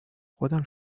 خودم